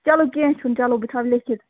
چَلو کیٚنٛہہ چھُنہٕ چَلو بہٕ تھاوٕ لیٚکھِتھ